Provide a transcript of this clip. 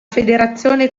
federazione